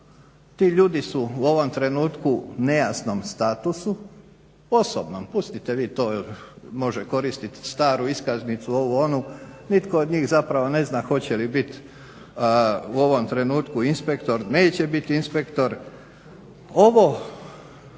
Ti ljudi su u ovom trenutku nejasnom statusu, osobnom. Pustite vi to jel' može koristiti staru iskaznicu, ovu, onu. Nitko od njih zapravo ne zna hoće li bit u ovom trenutku inspektor, neće bit inspektor. Ovo